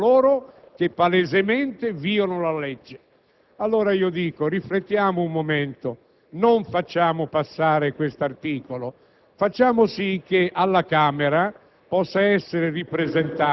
sono invece rimaste, violassero la legge; e adesso dovrebbero avere anche il vantaggio di poter acquistare l'alloggio ad un prezzo inferiore a quello di mercato.